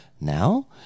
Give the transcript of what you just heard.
now